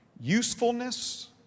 usefulness